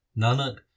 Nanak